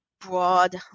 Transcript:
broad